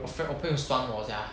我 felt 我朋友是帮我 sia